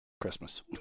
Christmas